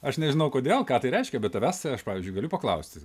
aš nežinau kodėl ką tai reiškia bet tavęs aš pavyzdžiui galiu paklausti